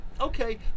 Okay